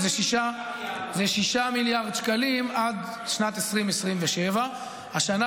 אז זה 6 מיליארד שקלים עד שנת 2027. השנה